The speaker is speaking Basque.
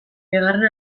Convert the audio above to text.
bigarren